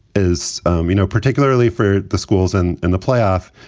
as um you know, particularly for the schools and and the playoff.